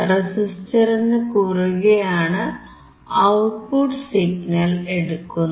റെസിസ്റ്ററിനു കുറുകെയാണ് output signal എടുക്കുന്നത്